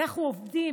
אנחנו עובדים,